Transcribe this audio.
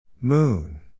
Moon